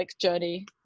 journey